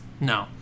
No